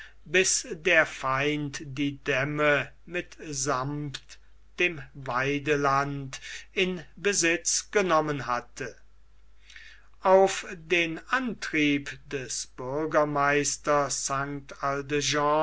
bis der feind die dämme mit sammt dem weideland in besitz genommen hatte auf den antrieb des bürgermeisters st